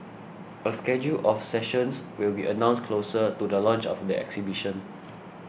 a schedule of sessions will be announced closer to the launch of the exhibition